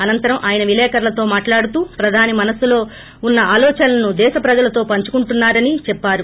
అనంతరం ఆయన విలేకర్లతో మాట్లాడుతూ ప్రధాని మనస్సులో వున్న ఆలోచనలను దేశ ప్రజలతో పంచుకుంటున్నా రని చెప్పారు